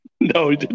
No